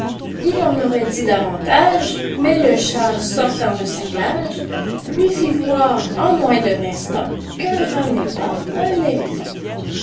il en aurait dit davantage mais le chat sortant de sa cage lui fit voir en moins d'un instant qu'un rat n'est pas un éléphant